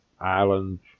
islands